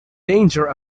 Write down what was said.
danger